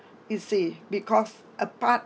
you see because apart